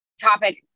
topic